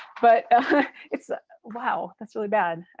but it's wow that's really bad.